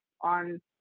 on